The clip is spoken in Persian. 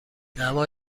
اما